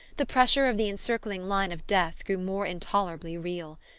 the pressure of the encircling line of death grew more intolerably real.